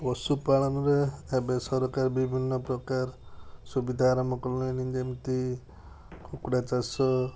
ପଶୁ ପାଳନରେ ଏବେ ସରକାର ବିଭିନ୍ନ ପ୍ରକାର ସୁବିଧା ଆରମ୍ଭ କଲେଣି ଯେମିତି କୁକୁଡ଼ା ଚାଷ